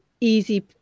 easy